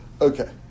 Okay